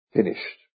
Finished